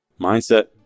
Mindset